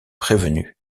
prévenus